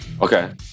okay